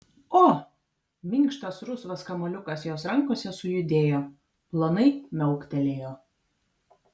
o minkštas rusvas kamuoliukas jos rankose sujudėjo plonai miauktelėjo